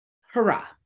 Hurrah